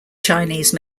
chinese